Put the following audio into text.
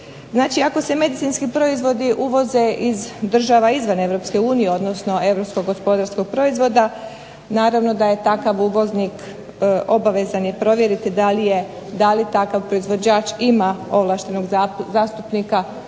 ako se medicinski proizvodi uvoze iz država izvan EU, odnosno europskog gospodarskog proizvoda, naravno da je takav uvoznik obavezan provjeriti da li takav proizvođač ima ovlaštenog zastupnika